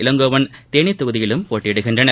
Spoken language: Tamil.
இளங்கோவன் தேனி தொகுதியிலும் போட்டியிடுகின்றனர்